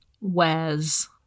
wares